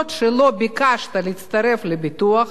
למרות שלא ביקשת להצטרף לביטוח,